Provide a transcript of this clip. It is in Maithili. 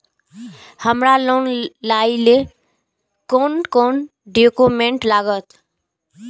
हमरा लोन लाइले कोन कोन डॉक्यूमेंट लागत?